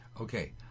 Okay